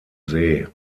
see